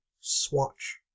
Swatch